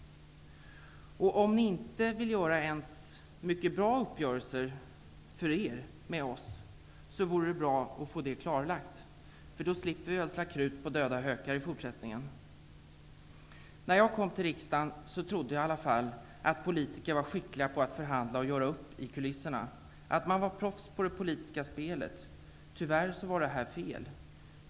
Om ni inte ens vill göra för er mycket bra uppgörelser med oss, vore det bra att få detta klarlagt så att vi slipper ödsla krut på döda hökar i fortsättningen. När jag kom till riksdagen trodde jag att politiker i alla fall var skickliga på att förhandla och att göra upp i kulisserna och att de var proffs på det politiska spelet. Tyvärr var detta fel.